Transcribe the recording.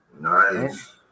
Nice